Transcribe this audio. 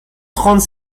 trente